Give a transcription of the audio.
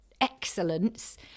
excellence